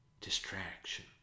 distraction